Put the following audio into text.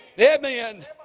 Amen